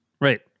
right